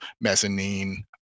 mezzanine